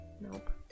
Nope